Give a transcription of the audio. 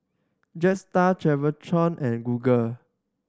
Jetstar Travel and Google